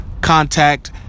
contact